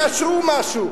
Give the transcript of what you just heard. שיאשרו משהו.